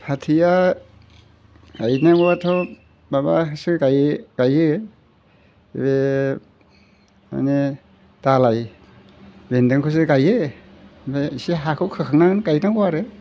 फाथैया ओरैनो माबायाथ' माबासो गायो बे माने दालाय बेन्दोंखौसो गायो ओमफ्राय एसे हाखौ खोखांनानै गायनांगौ आरो